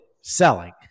selling